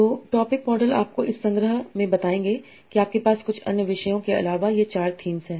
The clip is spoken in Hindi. तो टॉपिक मॉडल आपको इस संग्रह में बताएंगे कि आपके पास कुछ अन्य विषयों के अलावा ये 4 थीम हैं